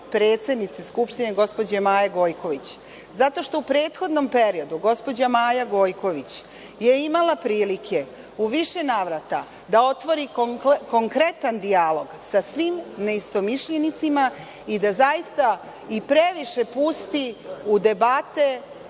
predsednice Skupštine, gospođe Maje Gojković. Zato što je u prethodnom periodu gospođa Maja Gojković imala prilike u više navrata da otvori konkretan dijalog sa svim neistomišljenicima i da zaista i previše pusti u debate